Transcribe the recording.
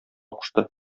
кушты